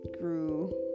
grew